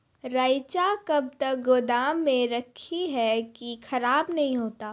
रईचा कब तक गोदाम मे रखी है की खराब नहीं होता?